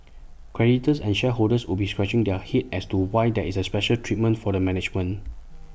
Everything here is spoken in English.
creditors and shareholders would be scratching their heads as to why there is A special treatment for the management